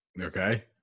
Okay